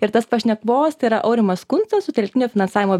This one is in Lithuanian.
ir tas pašnekvovas tai yra aurimas kuncas sutelktinio finansavimo